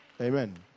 Amen